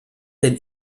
den